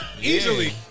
Easily